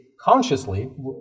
consciously